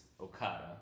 Okada